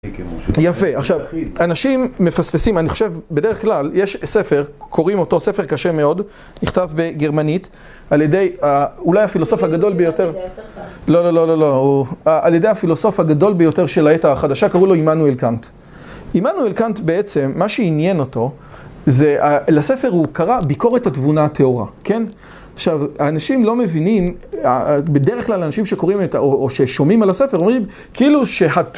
יפה, עכשיו, אנשים מפספסים, אני חושב, בדרך כלל, יש ספר, קוראים אותו ספר קשה מאוד, נכתב בגרמנית, על ידי, אולי הפילוסוף הגדול ביותר, לא, לא, לא, לא, על ידי הפילוסוף הגדול ביותר של העת החדשה, קראו לו עמנואל קאנט. עמנואל קאנט בעצם, מה שעניין אותו, לספר הוא קרא ביקורת התבונה הטהורה, כן? עכשיו, האנשים לא מבינים, בדרך כלל אנשים שקוראים את, או ששומעים על הספר, אומרים כאילו...